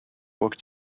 work